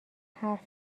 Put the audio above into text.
حرف